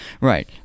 Right